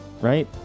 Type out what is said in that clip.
right